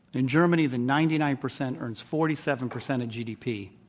in germany, the ninety nine percent earns forty seven percent of gdp.